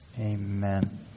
Amen